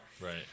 Right